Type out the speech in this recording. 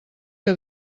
que